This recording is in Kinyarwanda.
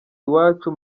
iwacu